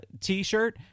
T-shirt